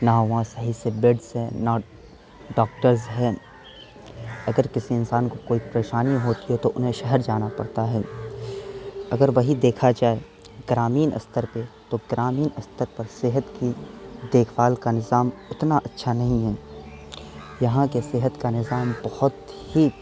نہ وہاں صحیح سے بیڈس ہیں نہ ڈاکٹرز ہیں اگر کسی انسان کو کوئی پریشانی ہوتی ہے تو انہیں شہر جانا پڑتا ہے اگر وہی دیکھا جائے گرامین استر پہ تو گرامین استر پر صحت کی دیکھ بھال کا نظام اتنا اچھا نہیں ہے یہاں کے صحت کا نظام بہت ہی